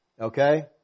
Okay